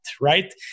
right